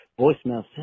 Voicemail